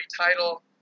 title